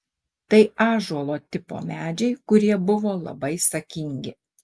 tai ąžuolo tipo medžiai kurie buvo labai sakingi